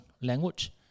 language